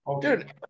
Dude